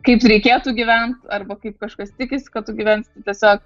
kaip reikėtų gyvent arba kaip kažkas tikisi kad tu gyvens tiesiog